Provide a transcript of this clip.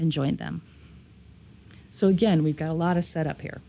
and join them so again we've got a lot of set up here